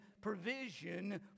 provision